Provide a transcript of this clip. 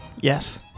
Yes